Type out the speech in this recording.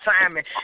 assignment